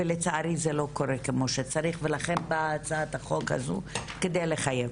לצערי זה לא קורה כמו שצריך ולכן באה הצעת החוק הזאת כדי לחייב.